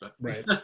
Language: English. Right